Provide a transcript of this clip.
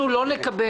אנחנו לא נקבל